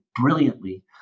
brilliantly